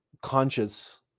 conscious